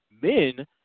men